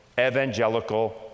evangelical